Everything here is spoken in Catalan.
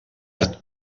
art